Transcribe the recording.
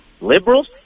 liberals